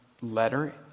letter